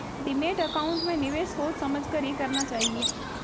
demat account में निवेश सोच समझ कर ही करना चाहिए